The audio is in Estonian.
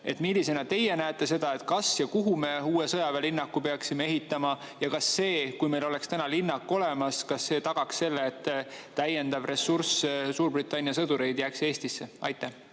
Millisena näete teie seda: kas ja kuhu me uue sõjaväelinnaku peaksime ehitama? Ja kas see, kui meil oleks praegu linnak olemas, tagaks selle, et täiendav ressurss Suurbritannia sõdureid jääks Eestisse? Aitäh!